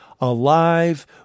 alive